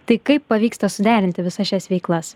tai kaip pavyksta suderinti visas šias veiklas